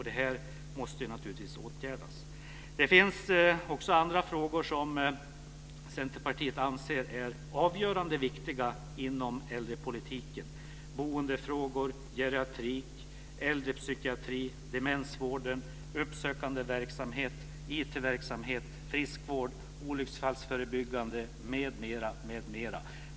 Detta måste naturligtvis åtgärdas. Det finns också andra frågor som Centerpartiet anser är avgörande viktiga inom äldrepolitiken - boendefrågor, geriatrik, äldrepsykiatri, demensvården, uppsökande verksamhet, IT-verksamhet, friskvård, olycksfallsförebyggande m.m.